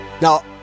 Now